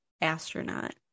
astronaut